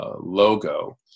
Logo